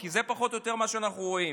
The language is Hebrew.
כי זה פחות או יותר מה שאנחנו רואים.